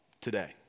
today